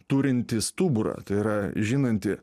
turinti stuburą tai yra žinanti